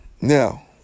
now